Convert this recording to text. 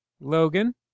Logan